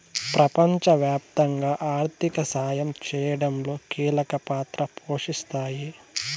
ప్రపంచవ్యాప్తంగా ఆర్థిక సాయం చేయడంలో కీలక పాత్ర పోషిస్తాయి